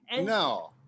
No